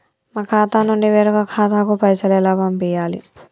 మా ఖాతా నుండి వేరొక ఖాతాకు పైసలు ఎలా పంపియ్యాలి?